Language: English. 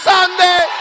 Sunday